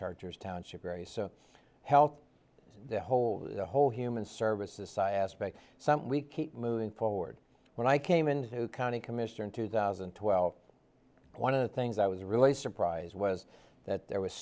chargers township very so help the whole the whole human services side aspect something we keep moving forward when i came into county commissioner in two thousand and twelve one of the things that was really a surprise was that there was